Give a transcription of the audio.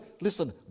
Listen